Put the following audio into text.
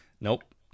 Nope